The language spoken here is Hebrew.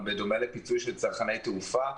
זה בדומה לפיצוי של צרכני תעופה.